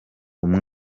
uyu